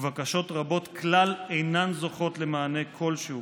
ובקשות רבות כלל אינן זוכות למענה כלשהו.